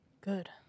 Good